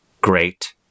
Great